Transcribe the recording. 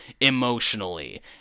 emotionally